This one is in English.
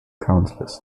counselors